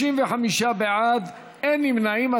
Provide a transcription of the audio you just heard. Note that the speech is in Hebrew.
35 בעד, אין נמנעים.